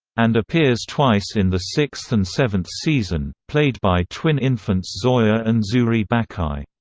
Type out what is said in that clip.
and appears twice in the sixth and seventh season, played by twin infants zoya and zuri bacai.